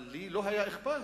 אבל לי לא היה אכפת,